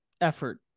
effort